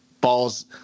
balls